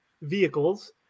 vehicles